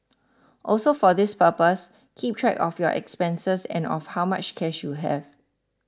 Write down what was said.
also for this purpose keep track of your expenses and of how much cash you have